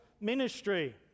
ministry